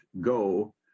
go